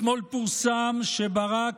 אתמול פורסם שברק,